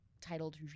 titled